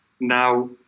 Now